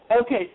Okay